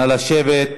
נא לשבת.